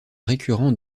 récurrent